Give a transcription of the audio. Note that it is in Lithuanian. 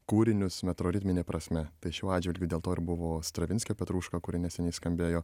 kūrinius metroritmine prasme tai šiuo atžvilgiu dėl to ir buvo stravinskio petruška kuri neseniai skambėjo